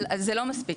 אבל זה לא מספיק,